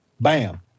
Bam